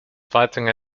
fighting